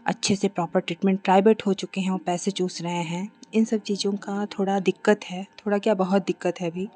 अच्छे से proper treatment private हो चुके हैं और पैसे चूस रहे हैं इन सब चीज़ों का थोड़ा दिक्कत है थोड़ा क्या बहुत दिक्कत है अभी